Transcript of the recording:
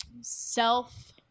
self